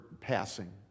passing